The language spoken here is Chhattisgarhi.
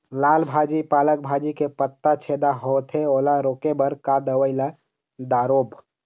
लाल भाजी पालक भाजी के पत्ता छेदा होवथे ओला रोके बर का दवई ला दारोब?